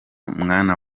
mwana